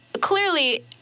clearly